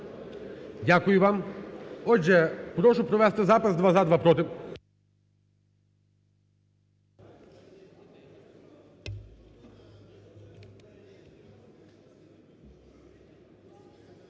Дякую вам. Отже, прошу провести запис: два – за, два – проти.